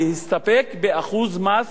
להסתפק באחוז מס